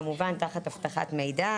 כמובן תחת אבטחת מידע